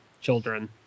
children